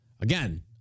Again